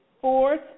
fourth